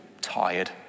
tired